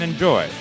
Enjoy